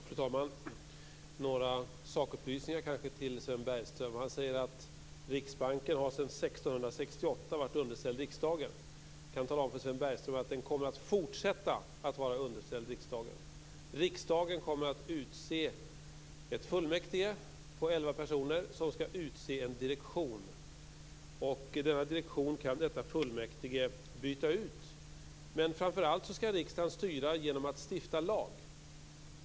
Fru talman! Jag vill ge några sakupplysningar till Sven Bergström. Han säger att Riksbanken har varit underställd riksdagen sedan 1668. Jag kan tala om för Sven Bergström att den kommer att fortsätta att vara underställd riksdagen. Riksdagen kommer att utse ett fullmäktige på elva personer som skall utse en direktion. Denna direktion kan detta fullmäktige byta ut. Men framför allt skall riksdagen styra genom att stifta lag.